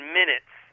minutes